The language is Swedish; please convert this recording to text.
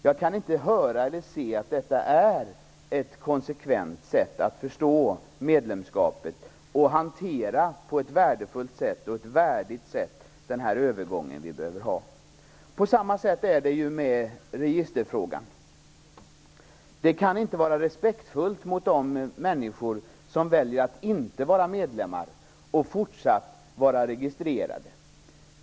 Jag kan inte se att det är ett konsekvent sätt att förstå medlemskapet och på ett riktigt och värdigt sätt hantera den övergång som måste ske. På samma sätt är det med registerfrågan. Det kan inte vara respektfullt mot de människor som väljer att inte vara medlemmar att fortsatt registrera dem.